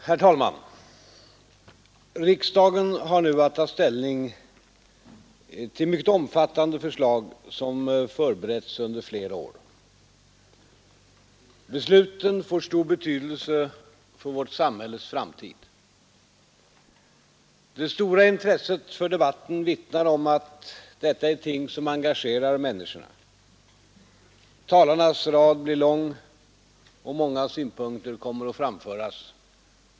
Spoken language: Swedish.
Herr talman! Riksdagen har nu att ta ställning till mycket omfattande förslag som förberetts under flera år. Besluten får stor betydelse för vårt samhälles framtid. Det stora intresset för debatten vittnar om att detta är ting som engagerar människorna. Talarnas rad blir lång. Många synpunkter kommer att framföras.